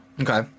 okay